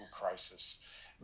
crisis